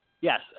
Yes